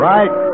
Right